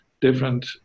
different